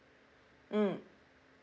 mm